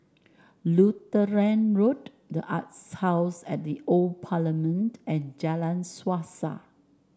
Lutheran Road the Arts House at The Old Parliament and Jalan Suasa